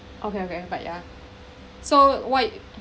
okay okay but ya so why